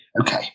Okay